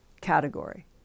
category